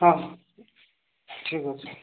ହଁ ଠିକ୍ ଅଛି